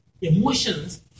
emotions